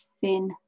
thin